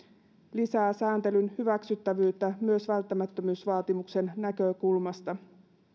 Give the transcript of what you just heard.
lisää sääntelyn hyväksyttävyyttä myös välttämättömyysvaatimuksen näkökulmasta